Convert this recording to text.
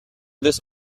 this